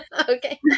Okay